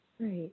right